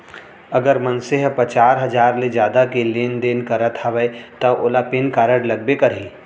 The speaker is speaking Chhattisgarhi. अगर मनसे ह पचार हजार ले जादा के लेन देन करत हवय तव ओला पेन कारड लगबे करही